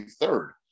third